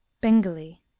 bengali